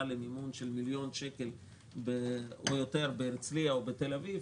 למימון של מיליון שקל או יותר בהרצליה או בתל אביב.